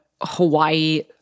Hawaii